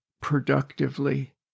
productively